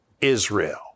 Israel